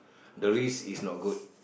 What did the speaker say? the risk is not good